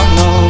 no